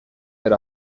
per